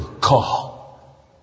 call